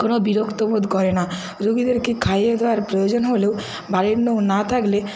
কোনো বিরক্ত বোধ করে না রুগিদেরকে খাইয়ে দেওয়ার প্রয়োজন হলেও বাড়ির লোক না থাকলে